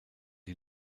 die